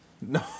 No